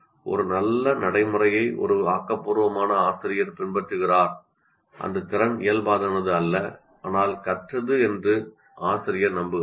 ஒரு நல்ல நடைமுறையை ஒரு ஆக்கபூர்வமான ஆசிரியர் பின்பற்றுகிறார் அந்த திறன் இயல்பானது அல்ல ஆனால் கற்றது என்று ஆசிரியர் நம்புகிறார்